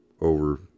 over